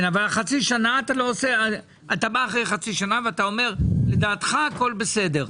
אתה בא אחרי חצי שנה ואתה אומר שלדעתך הכול בסדר,